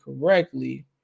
correctly